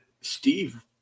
Steve